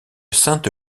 sainte